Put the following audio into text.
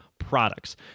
products